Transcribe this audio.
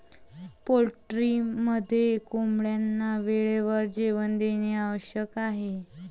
पोल्ट्रीमध्ये कोंबड्यांना वेळेवर जेवण देणे आवश्यक आहे